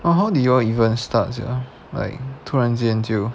oh how did you all even start sia like 突然间就